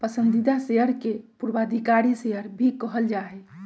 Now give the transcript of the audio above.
पसंदीदा शेयर के पूर्वाधिकारी शेयर भी कहल जा हई